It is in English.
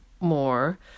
more